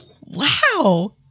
Wow